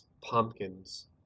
Pumpkins